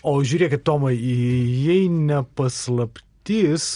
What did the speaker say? o žiūrėkit tomai jei ne paslaptis